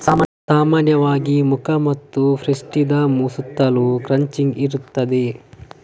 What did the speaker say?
ಸಾಮಾನ್ಯವಾಗಿ ಮುಖ ಮತ್ತು ಪೃಷ್ಠದ ಸುತ್ತಲೂ ಕ್ರಚಿಂಗ್ ಇರುತ್ತದೆ